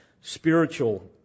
spiritual